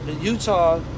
Utah